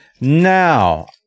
Now